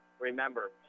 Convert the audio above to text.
Remember